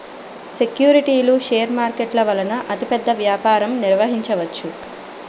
సెక్యూరిటీలు షేర్ మార్కెట్ల వలన అతిపెద్ద వ్యాపారం నిర్వహించవచ్చు